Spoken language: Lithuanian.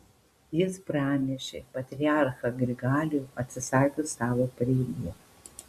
jis pranešė patriarchą grigalių atsisakius savo pareigų